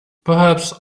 perhaps